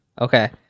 Okay